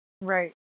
right